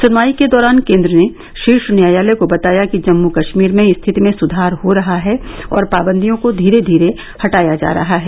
सुनवाई के दौरान केन्द्र ने शीर्ष न्यायालय को बताया कि जम्मू कश्मीर में स्थिति में सुधार हो रहा है और पाबंदियों को धीरे धीरे हटाया जा रहा है